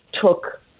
took